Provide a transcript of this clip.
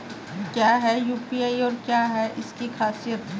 क्या है यू.पी.आई और क्या है इसकी खासियत?